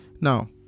now